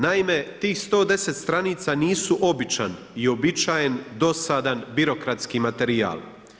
Naime, tih 110 stranica nisu običan i uobičajen dosadan birokratski materijal.